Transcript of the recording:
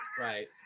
right